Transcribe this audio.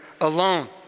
alone